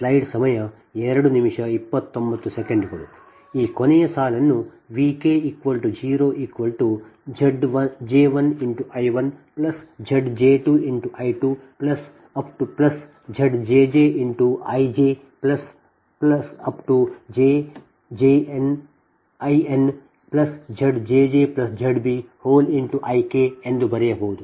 ಈ ಕೊನೆಯ ಸಾಲನ್ನು Vk0Zj1I1Zj2I2ZjjIjZjnInZjjZbIk ಎಂದು ಬರೆಯಬಹುದು